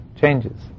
changes